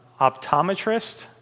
optometrist